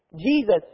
Jesus